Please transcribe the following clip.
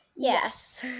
Yes